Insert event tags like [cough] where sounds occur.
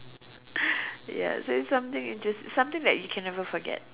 [breath] ya so it's something interest something that you can never forget